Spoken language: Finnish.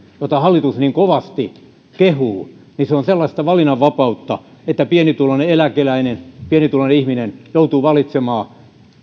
jota hallitus niin kovasti kehuu on sellaista valinnanvapautta että pienituloinen eläkeläinen pienituloinen ihminen joutuu valitsemaan